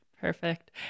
Perfect